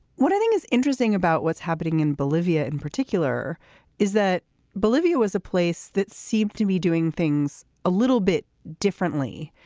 what i think is interesting about what's happening in bolivia in particular is that bolivia was a place that seemed to be doing things a little bit differently.